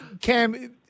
Cam